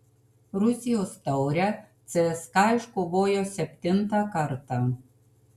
rusijos taurę cska iškovojo septintą kartą